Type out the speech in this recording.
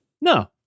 No